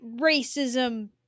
racism